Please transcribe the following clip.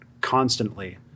constantly